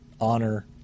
honor